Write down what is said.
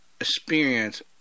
experience